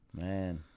Man